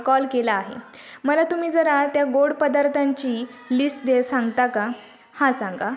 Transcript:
call केला आहे मला तुम्ही जरा त्या गोड पदार्थांची लिस दे सांगता का हां सांगा